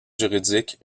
juridiques